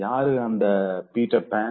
யாரு அந்த பீட்டர் பான்